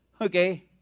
okay